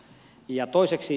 ja toiseksi